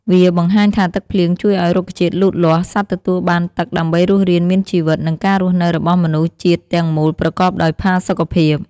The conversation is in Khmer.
វាបង្ហាញថាទឹកភ្លៀងជួយឲ្យរុក្ខជាតិលូតលាស់ សត្វទទួលបានទឹកដើម្បីរស់រានមានជីវិត និងការរស់នៅរបស់មនុស្សជាតិទាំងមូលប្រកបដោយផាសុកភាព។